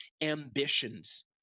ambitions